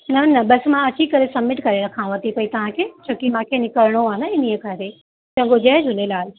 न न बसि मां अची करे समिट करे रखांव थी पई तव्हांखे छो की मूंखे निकिरणो आहे न इन्हीअ करे चङो जय झूलेलाल